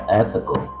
ethical